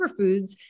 superfoods